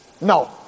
No